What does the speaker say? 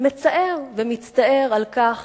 מצער ומצטער על כך